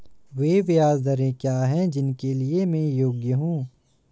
वे ब्याज दरें क्या हैं जिनके लिए मैं योग्य हूँ?